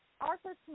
Arthur